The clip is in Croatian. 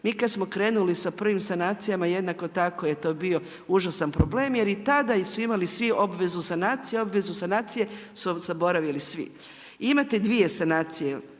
mi kad smo krenuli sa prvim sanacijama jednako tako je to bio užasan problem, jer i tada su imali svi obvezu sanacije. Obvezu sanacije su zaboravili svi. Imate dvije sanacije